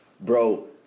bro